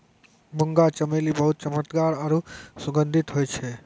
मुंगा चमेली बहुत चमकदार आरु सुगंधित हुवै छै